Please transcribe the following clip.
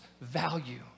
value